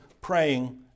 praying